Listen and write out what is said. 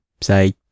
say